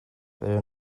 pero